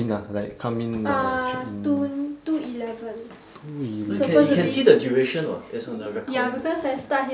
in ah like come in like check in two eleven